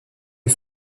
est